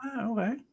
okay